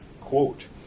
quote